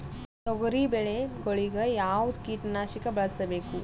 ತೊಗರಿಬೇಳೆ ಗೊಳಿಗ ಯಾವದ ಕೀಟನಾಶಕ ಬಳಸಬೇಕು?